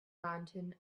mounted